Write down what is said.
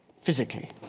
physically